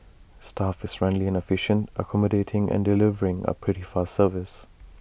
staff is friendly and efficient accommodating and delivering A pretty fast service